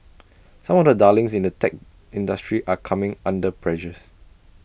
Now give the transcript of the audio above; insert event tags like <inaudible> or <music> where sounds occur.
<noise> some of the darlings in the tech industry are coming under pressures